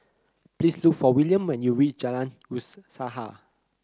please look for William when you Jalan